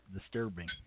disturbing